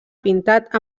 pintat